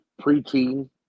preteen